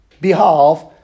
behalf